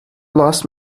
loss